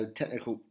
technical